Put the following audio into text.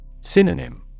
Synonym